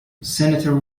senator